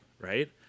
right